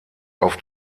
auf